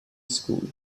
school